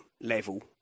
level